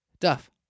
Duff